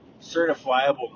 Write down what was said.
certifiable